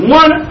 one